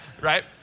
Right